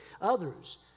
Others